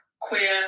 queer